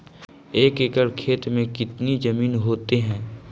एक एकड़ खेत कितनी जमीन होते हैं?